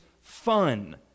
fun